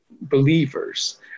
believers